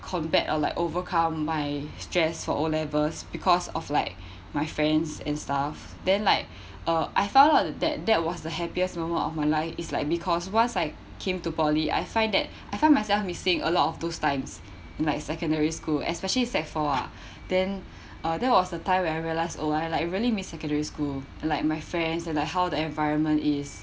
combat or like overcome my stress for O levels because of like my friends and stuff then like uh I found out that that was the happiest moment of my life is like because once I came to poly I find that I find myself missing a lot of those times like secondary school especially sec four ah then uh that was the time when I realize oh I like really miss secondary school and like my friends and like how the environment is